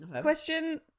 question